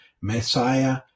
Messiah